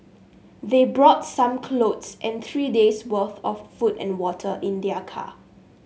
they brought some clothes and three day's worth of food and water in their car